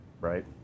right